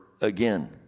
again